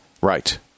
Right